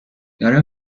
داره